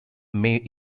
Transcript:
may